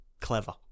clever